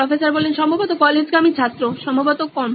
professor সম্ভবত কলেজগামী ছাত্র সম্ভবত কম